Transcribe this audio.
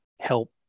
help